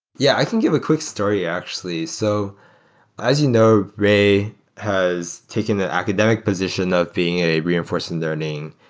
yeah. i can give a quick story, actually. so as you know, ray has taken the academic position of being a reinforcement learning,